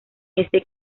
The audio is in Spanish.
este